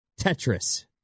Tetris